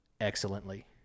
excellently